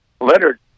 Leonard